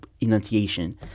enunciation